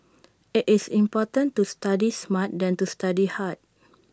IT is important to study smart than to study hard